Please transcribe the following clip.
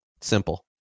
Simple